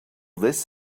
this